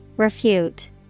Refute